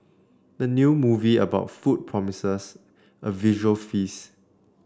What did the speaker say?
the new movie about food promises a visual feasts